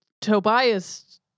Tobias